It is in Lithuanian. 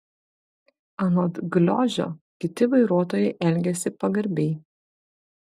anot gliožio kiti vairuotojai elgiasi pagarbiai